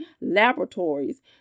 laboratories